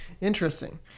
Interesting